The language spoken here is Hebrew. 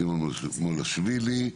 סימון מושיאשוילי,